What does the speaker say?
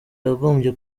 yagombye